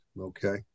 Okay